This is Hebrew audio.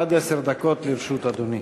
עד עשר דקות לרשות אדוני.